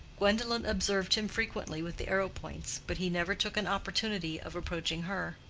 gwendolen observed him frequently with the arrowpoints, but he never took an opportunity of approaching her.